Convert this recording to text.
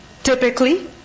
Typically